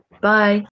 Bye